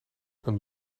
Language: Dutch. een